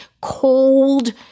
cold